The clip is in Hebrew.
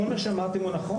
כל מה שאמרתם הוא נכון.